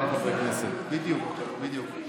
בדיוק, בדיוק.